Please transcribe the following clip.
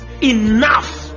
Enough